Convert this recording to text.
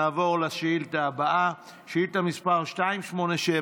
נעבור לשאילתה הבאה: שאילתה מס' 287,